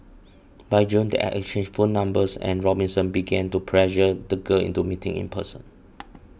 by June they had exchanged phone numbers and Robinson began to pressure the girl into meeting in person